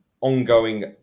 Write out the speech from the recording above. ongoing